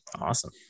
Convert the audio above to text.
Awesome